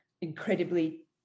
incredibly